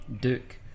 Duke